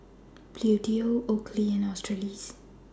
Bluedio Oakley and Australis